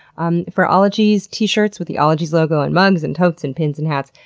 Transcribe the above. um for ologies t-shirts with the ologies logo and mugs and totes and pins and hats,